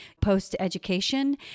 post-education